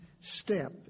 step